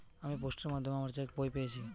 আমি পোস্টের মাধ্যমে আমার চেক বই পেয়েছি